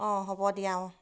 অঁ হ'ব দিয়া অঁ